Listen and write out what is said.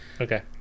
Okay